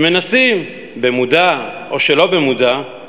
שמנסים, במודע או שלא במודע,